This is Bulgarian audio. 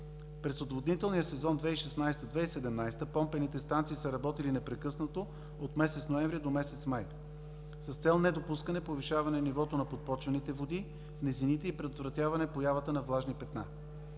През отводнителния сезон 2016 – 2017 г., помпените станции са работили непрекъснато от месец ноември до месец май с цел недопускане повишаване нивото на подпочвените води в низините и предотвратяване появата на влажни петна.